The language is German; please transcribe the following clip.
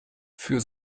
für